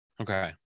Okay